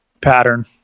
pattern